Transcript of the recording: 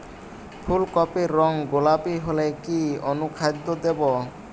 ফুল কপির রং গোলাপী হলে কি অনুখাদ্য দেবো?